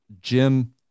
jim